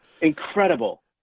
Incredible